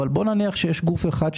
אבל נניח שיש גוף אחד,